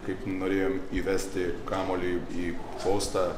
kaip norėjom įvesti kamuolį į postą